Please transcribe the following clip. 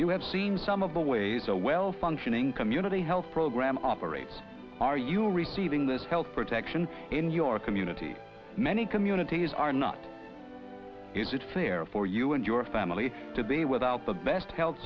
you have seen some of the ways a well functioning community health program operates are you receiving this health protection in your community many communities are not is it fair for you and your family to be without the best health